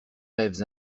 rêves